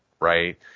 right